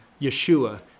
Yeshua